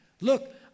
Look